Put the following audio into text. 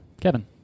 Kevin